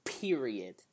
Period